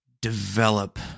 develop